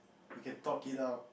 we can talk it out